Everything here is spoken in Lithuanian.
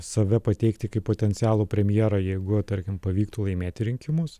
save pateikti kaip potencialų premjerą jeigu tarkim pavyktų laimėti rinkimus